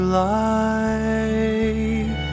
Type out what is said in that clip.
life